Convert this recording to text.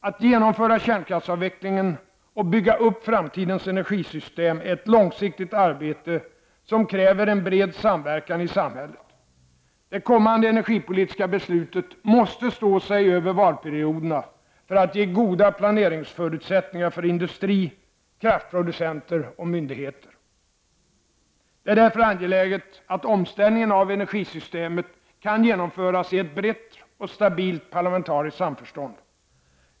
Att genomföra kärnkraftsavvecklingen och bygga upp framtidens energisystem är ett långsiktigt arbete, som kräver en bred samverkan i samhället. Det kommande energipolitiska beslutet måste stå sig över valperioderna för att ge goda planeringsförutsättningar för industri, kraftproducenter och myndigheter. Det är därför angeläget att omställningen av energisystemet kan genomföras i ett brett och stabilt parlamentariskt samförstånd.